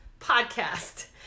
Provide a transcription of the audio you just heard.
podcast